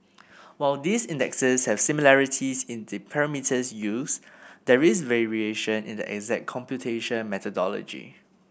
while these indexes have similarities in the parameters used there is variation in the exact computation methodology